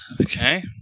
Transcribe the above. Okay